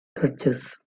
crutches